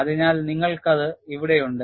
അതിനാൽ നിങ്ങൾക്കത് ഇവിടെയുണ്ട്